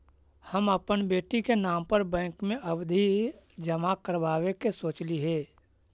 हम अपन बेटी के नाम पर बैंक में आवधि जमा करावावे के सोचली हे